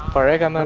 are eager